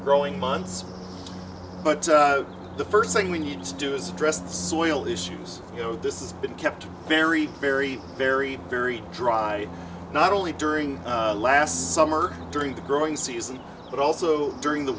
growing months but the first thing we need to do is address the soil issues you know this is been kept very very very very dry not only during last summer during the growing season but also during the